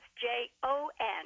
J-O-N